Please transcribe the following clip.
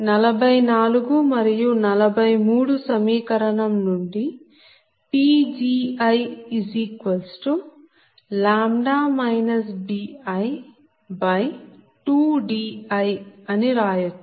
44 మరియు 43 సమీకరణం నుండి Pgiλ bi2di అని రాయచ్చు